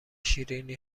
شیرینی